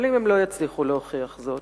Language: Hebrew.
אבל אם לא יצליחו להוכיח זאת,